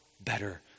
better